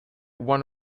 one